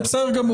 זה בסדר גמור.